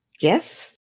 Yes